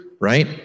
right